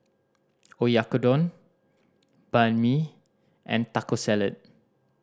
Oyakodon Banh Mi and Taco Salad